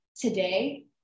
today